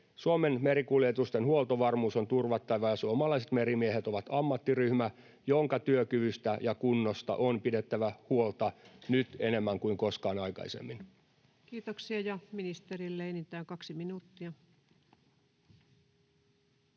Suomen merikuljetusten huoltovarmuus on turvattava. Suomalaiset merimiehet ovat ammattiryhmä, jonka työkyvystä ja kunnosta on pidettävä huolta nyt enemmän kuin koskaan aikaisemmin. [Speech 173] Speaker: Ensimmäinen varapuhemies